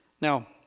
Now